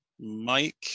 Mike